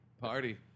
Party